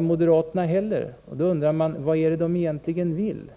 moderaterna inte heller bra. Man undrar vad moderaterna egentligen vill.